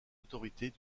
autorités